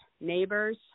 neighbors